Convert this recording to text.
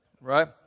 right